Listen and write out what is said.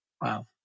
Wow